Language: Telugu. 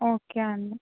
ఓకే అండి